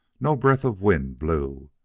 no breath of wind blew.